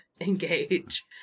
engage